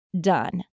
done